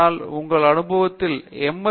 எனவே உங்கள் அனுபவத்தில் எம்